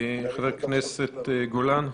חבר הכנסת גולן.